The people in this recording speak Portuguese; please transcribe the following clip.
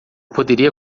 poderia